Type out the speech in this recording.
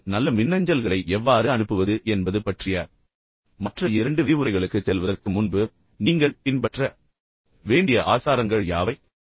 உண்மையில் நல்ல மின்னஞ்சல்களை எவ்வாறு அனுப்புவது என்பது பற்றிய மற்ற இரண்டு விரிவுரைகளுக்குச் செல்வதற்கு முன்பு நீங்கள் பின்பற்ற வேண்டிய ஆசாரங்கள் யாவை